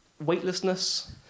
weightlessness